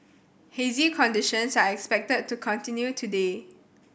hazy conditions are expected to continue today